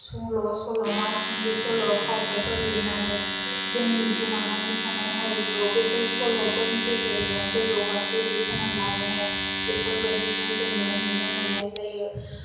सल' सल'मा सुंद' सल' फावथाइफोर लिरनानै जोंनि गोमानानै थानाय हारिखौ बेफोर सल'फोरनि गेजेरजों गोजौ फारसे दिखांनानै लाबोनाय बेफोरबायदिखौ जोङो नुनो मोन्नाय जायो